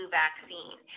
vaccine